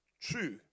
true